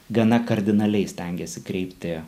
gana kardinaliai stengėsi kreipti